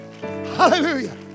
hallelujah